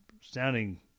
Sounding